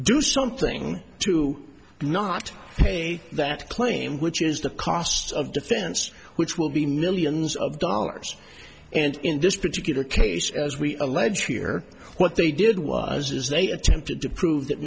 do something to do not pay that claim which is the cost of defense which will be millions of dollars and in this particular case as we allege here what they did was is they attempted to prove that